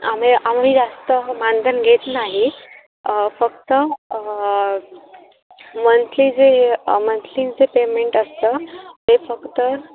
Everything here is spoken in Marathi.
आम्ही आम्ही जास्त मानधन घेत नाही आहे फक्त मंथली जे मंथली जे पेमेंट असतं ते फक्त